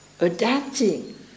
adapting